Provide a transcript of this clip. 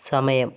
സമയം